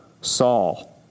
Saul